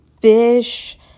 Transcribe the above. fish